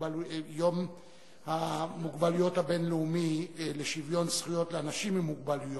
היום הבין-לאומי לשוויון זכויות לאנשים עם מוגבלויות,